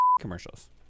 commercials